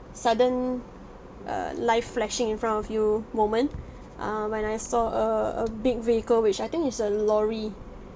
sudden err life flashing in front of you moment err when I saw a a big vehicle which I think is a lorry